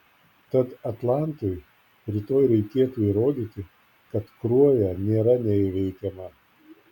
tad atlantui rytoj reikėtų įrodyti kad kruoja nėra neįveikiama